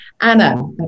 Anna